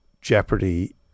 jeopardy